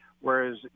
Whereas